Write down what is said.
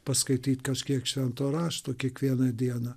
paskaityt kažkiek švento rašto kiekvieną dieną